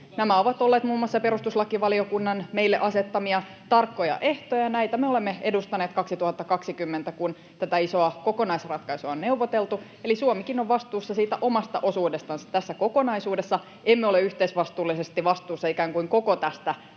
Nämä ovat olleet muun muassa perustuslakivaliokunnan meille asettamia tarkkoja ehtoja, ja näitä me olemme edustaneet 2020, kun tätä isoa kokonaisratkaisua on neuvoteltu. Eli Suomikin on vastuussa siitä omasta osuudestansa tässä kokonaisuudessa. Emme ole yhteisvastuullisesti vastuussa ikään kuin koko tästä